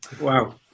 wow